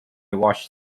wash